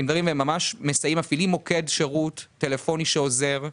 הם ממש מסייעים, מפעילים מוקד שירות טלפוני שעוזר.